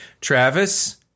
Travis